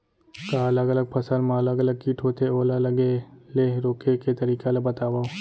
का अलग अलग फसल मा अलग अलग किट होथे, ओला लगे ले रोके के तरीका ला बतावव?